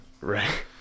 Right